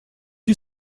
you